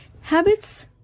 Habits